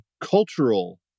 cultural